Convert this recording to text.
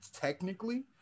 technically